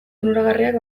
onuragarriak